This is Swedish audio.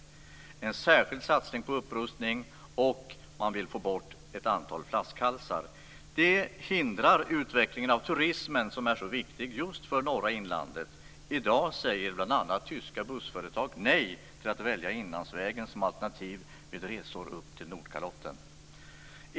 Man vill ha en särskild satsning på upprustning och man vill få bort ett antal flaskhalsar. Dessa hindrar utvecklingen av turismen som är så viktig just för norra inlandet. I dag säger bl.a. tyska bussföretag nej till att välja Inlandsvägen som alternativ vid resor upp till Nordkalotten.